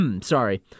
Sorry